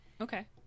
Okay